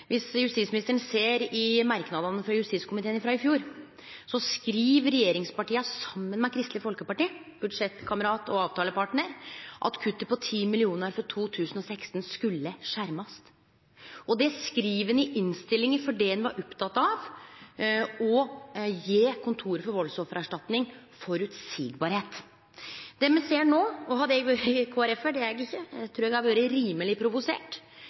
justisministeren ser i merknadene frå justiskomiteen i fjor, skriv regjeringspartia, saman med Kristeleg Folkeparti, budsjettkamerat og avtalepartnar, at kuttet på 10 mill. kr for 2016 skulle skjermast. Det skreiv ein i innstillinga fordi ein var oppteken av å gje Kontoret for valdsoffererstatning føreseielegheit. Hadde eg vore KrF-ar – det er eg ikkje – trur eg at eg hadde vore rimeleg provosert